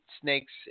snakes